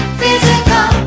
physical